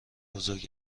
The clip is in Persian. بزرگ